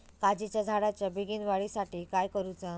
काजीच्या झाडाच्या बेगीन वाढी साठी काय करूचा?